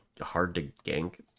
hard-to-gank